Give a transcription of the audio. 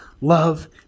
love